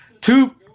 Two